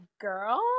girl